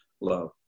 love